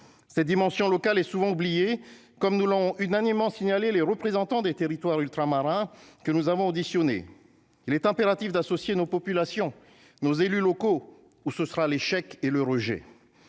ses dimensions locales et souvent oubliés, comme nous l'ont unanimement signaler les représentants des territoires ultramarins que nous avons auditionnés il est impératif d'associer nos populations nos élus locaux ou ce sera l'échec et le rejet